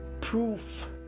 proof